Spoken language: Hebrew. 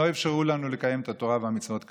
לא אפשרו לנו לקיים את התורה והמצוות כראוי.